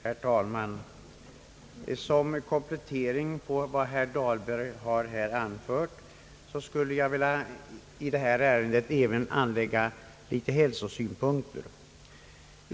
Herr talman! Som komplettering av vad herr Dahlberg nu anfört skulle jag i detta ärende också vilja anlägga en del hälsosynpunkter.